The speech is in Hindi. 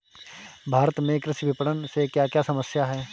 भारत में कृषि विपणन से क्या क्या समस्या हैं?